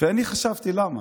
ואני חשבתי, למה?